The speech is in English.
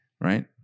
right